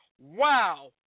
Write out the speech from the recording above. Wow